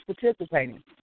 participating